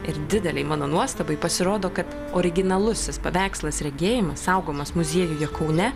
ir didelei mano nuostabai pasirodo kad originalusis paveikslas regėjimas saugomas muziejuje kaune